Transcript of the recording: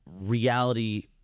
reality